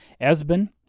Esben